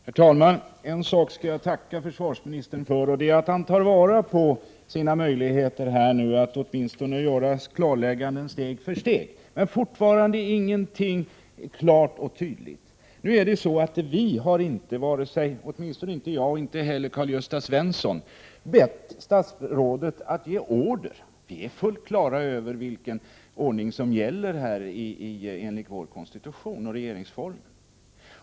Herr talman! En sak skall jag tacka försvarsministern för, och det är att han tar vara på sina möjligheter att åtminstone göra klarlägganden steg för steg —| men fortfarande ingenting klart och tydligt. Vi har inte, åtminstone inte jag och inte heller Karl-Gösta Svenson, bett statsrådet att ge order. Vi är fullt på | det klara med vilken ordning som gäller enligt vår konstitution och enligt regeringsformen.